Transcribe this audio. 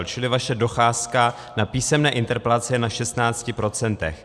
Čili vaše docházka na písemné interpelace je na 16 procentech.